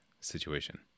situation